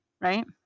right